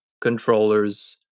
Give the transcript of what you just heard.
controllers